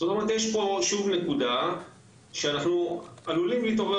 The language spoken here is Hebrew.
זאת אומרת יש פה שוב נקודה שאנחנו עלולים להתעורר